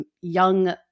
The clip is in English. young